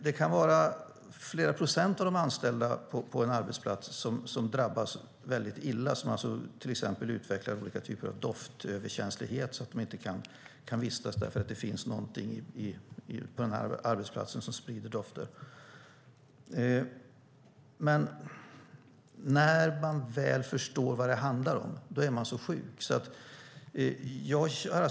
Det kan vara flera procent av de anställda på en arbetsplats som drabbas väldigt illa och som till exempel utvecklar olika typer av doftöverkänslighet så att de inte kan vistas på arbetsplatsen för att det finns någonting där som sprider dofter. När man väl förstår vad det handlar om är man så sjuk att man inte orkar kämpa för sin sak.